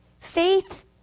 Faith